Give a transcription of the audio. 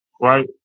right